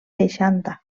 seixanta